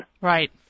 Right